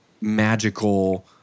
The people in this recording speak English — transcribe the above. magical